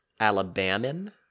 Alabaman